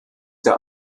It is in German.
der